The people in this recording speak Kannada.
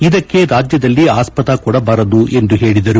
ಇದಕ್ಕೆ ರಾಜ್ಯದಲ್ಲಿ ಆಸ್ಪದ ಮಾಡಿಕೊಡಬಾರದು ಎಂದು ಹೇಳಿದರು